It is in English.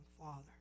Father